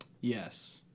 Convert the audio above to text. Yes